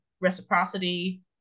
reciprocity